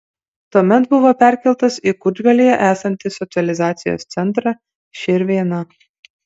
tuomet buvo perkeltas į kučgalyje esantį socializacijos centrą širvėna